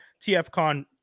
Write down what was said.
TFCon